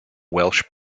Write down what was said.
welsh